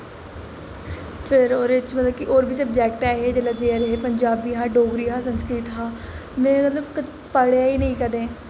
फिर ओह्दै च होर बी सबजैक्ट ऐ हे जिसलै देआ दे हे पंजाबी हा डोगरी ही संस्कृत हा में मतलब पढ़ेआ गै नेईं कदैं